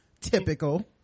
Typical